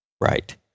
right